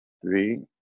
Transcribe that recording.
Three